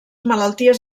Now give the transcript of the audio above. malalties